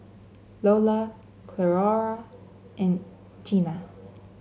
Loula Cleora and Jeana